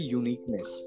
uniqueness